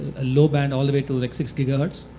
a low band all the way to like six gigahertz.